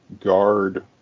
guard